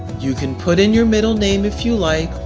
you can put in your middle name if you like,